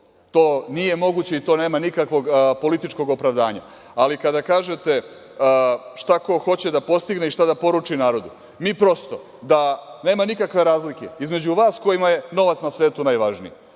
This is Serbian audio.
to nije moguće i to nema nikakvog političkog opravdanja. Ali, kada kažete šta ko hoće da postigne i šta da poruči narodu, mi prosto, da nema nikakve razlike između vas kojima je novac na svetu najvažniji,